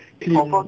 去